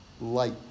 light